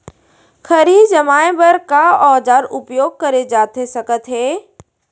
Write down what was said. खरही जमाए बर का औजार उपयोग करे जाथे सकत हे?